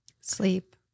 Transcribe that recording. Sleep